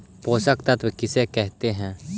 पोषक तत्त्व किसे कहते हैं?